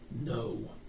no